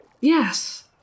Yes